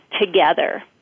together